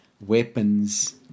weapons